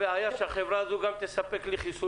ואין לך בעיה שהחברה הזו גם תספק לי חיסונים.